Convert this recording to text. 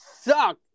suck